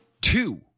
Two